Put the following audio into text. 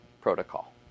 protocol